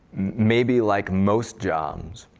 maybe like most jobs,